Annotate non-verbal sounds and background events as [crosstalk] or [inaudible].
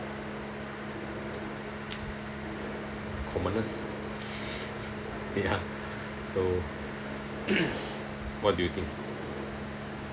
commoners ya so [coughs] what do you think